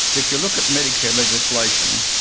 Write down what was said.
if you look at medicare legislation,